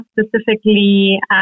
specifically